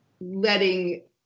letting